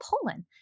Poland